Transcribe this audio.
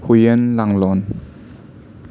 ꯍꯨꯏꯌꯦꯟ ꯂꯥꯡꯂꯣꯟ